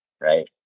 Right